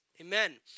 Amen